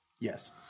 Yes